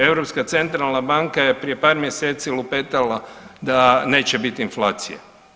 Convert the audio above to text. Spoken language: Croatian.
Europska centralna banka je prije par mjeseci lupetala da neće biti inflacije.